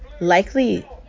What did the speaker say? likely